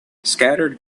scattered